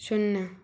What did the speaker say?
शून्य